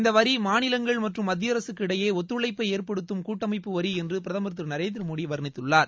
இந்த வரி மாநிலங்கள் மற்றும் மத்திய அரசுக்கு இடையே ஒத்துழைப்பை ஏற்படுத்தும் கூட்டமைப்பு வரி என்று பிரதமர் திரு நரேந்திர மோடி வர்ணித்துள்ளார்